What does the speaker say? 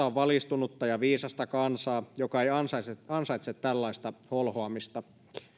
on valistunutta ja viisasta kansaa joka ei ansaitse ansaitse tällaista holhoamista